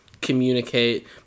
communicate